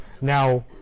now